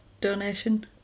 donation